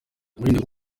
umubiri